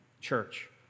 Church